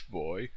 boy